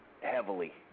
heavily